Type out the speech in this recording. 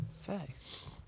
Facts